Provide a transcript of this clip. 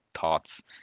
thoughts